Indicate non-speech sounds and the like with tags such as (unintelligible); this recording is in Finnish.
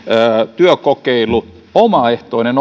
työkokeilu omaehtoinen (unintelligible)